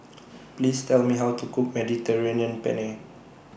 Please Tell Me How to Cook Mediterranean Penne